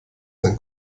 sein